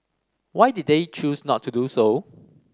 why did they choose not to do so